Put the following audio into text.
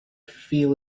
feel